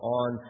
on